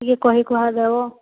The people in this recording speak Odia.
ଟିକେ କହି କୁହା ଦବ